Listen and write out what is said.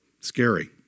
Scary